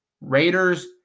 Raiders